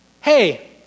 hey